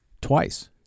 twice